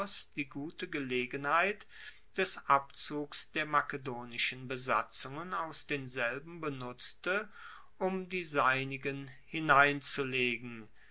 die gute gelegenheit des abzugs der makedonischen besatzungen aus denselben benutzte um die seinigen hineinzulegen